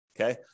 okay